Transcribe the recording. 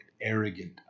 arrogant